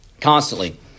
constantly